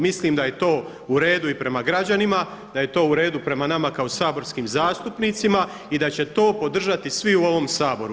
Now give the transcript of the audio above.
Mislim da je to u redu i prema građanima, da je to u redu prema nama kao saborskim zastupnicima i da će to podržati svi u ovom Saboru.